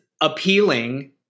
appealing